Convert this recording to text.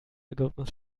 algorithmus